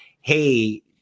Hey